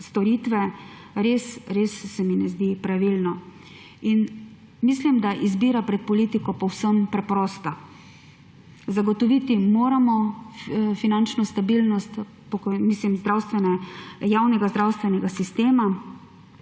storitve, res res se mi ne zdi pravilno. Mislim, da je izbira pred politiko povsem preprosta. Zagotoviti moramo finančno stabilnost javnega zdravstvenega sistema.